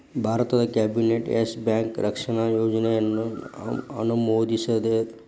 ಭಾರತದ್ cabinet Yes Bank ರಕ್ಷಣಾ ಯೋಜನೆಯನ್ನ ಅನುಮೋದಿಸೇದ್